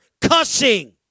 cussing